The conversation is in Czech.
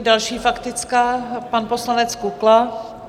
Další faktická, pan poslanec Kukla.